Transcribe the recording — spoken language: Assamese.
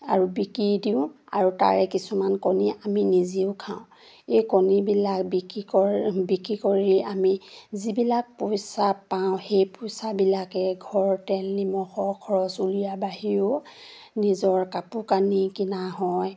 আৰু বিকি দিওঁ আৰু তাৰে কিছুমান কণী আমি নিজেও খাওঁ এই কণীবিলাক বিক্ৰী কৰ বিক্ৰী কৰি আমি যিবিলাক পইচা পাওঁ সেই পইচাবিলাকে ঘৰৰ তেল নিমখ খৰচ উলিওৱা বাহিৰেও নিজৰ কাপোৰ কানি কিনা হয়